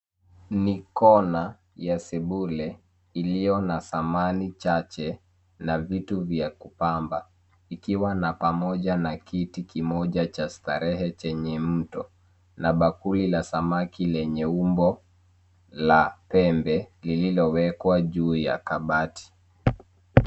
Ni kona ya sebule iliyo na samani chache na vitu vya kupamba. Ikiwa na pamoja na kiti kimoja cha starehe chenye muto, na bakuli la samaki lenye umbo la pembe lililo wekwa juu ya kabati.